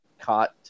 caught